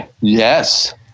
Yes